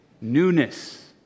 newness